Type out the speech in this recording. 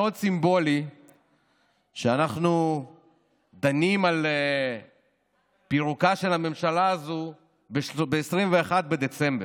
מאוד סימבולי שאנחנו דנים על פירוקה של הממשלה הזו ב-21 בדצמבר,